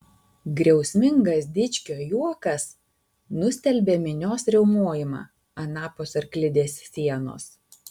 griausmingas dičkio juokas nustelbė minios riaumojimą anapus arklidės sienos